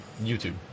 YouTube